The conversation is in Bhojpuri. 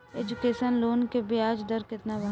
एजुकेशन लोन के ब्याज दर केतना बा?